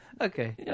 okay